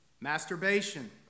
Masturbation